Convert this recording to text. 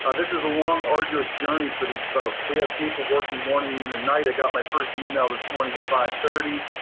ah this is a long arduous journey for these folks. we have people working morning, noon, and night. i got my first email this morning at five thirty.